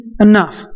enough